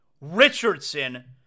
Richardson